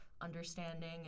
understanding